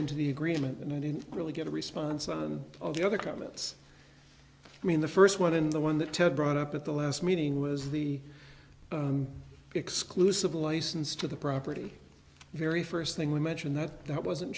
into the agreement and in really get a response on the other comments i mean the first one and the one that ted brought up at the last meeting was the exclusive license to the property very first thing we mentioned that that wasn't